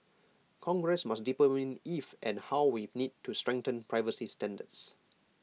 congress must determine if and how we need to strengthen privacy standards